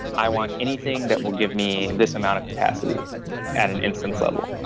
i want anything that would give me this amount of capacity at an instance level.